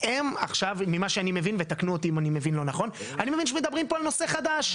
עכשיו, ממה שאני מבין, מדברים פה על נושא חדש.